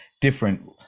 different